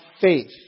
faith